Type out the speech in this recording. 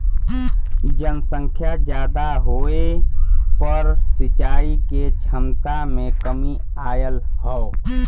जनसंख्या जादा होये पर सिंचाई के छमता में कमी आयल हौ